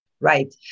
Right